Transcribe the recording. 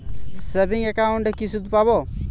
Savings একাউন্টে কি সুদ পাব?